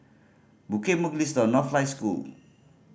Bukit Mugliston Northlight School